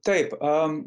taip am